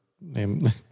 name